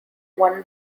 won